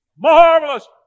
Marvelous